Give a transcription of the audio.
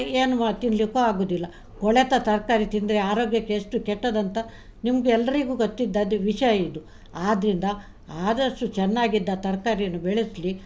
ಏನ್ಮಾಡಿ ತಿನ್ನಲಿಕ್ಕೂ ಆಗುದಿಲ್ಲ ಕೊಳೆತ ತರಕಾರಿ ತಿಂದರೆ ಆರೋಗ್ಯಕ್ಕೆ ಎಷ್ಟು ಕೆಟ್ಟದಂತ ನಿಮಗೆ ಎಲ್ಲರಿಗೂ ಗೊತ್ತಿದ್ದದ್ದು ವಿಷಯ ಇದು ಆದ್ದರಿಂದ ಆದಷ್ಟು ಚೆನ್ನಾಗಿದ್ದ ತರಕಾರಿಯನ್ನು ಬೆಳೆಸಲಿ